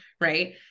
right